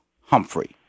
Humphrey